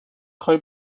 خوای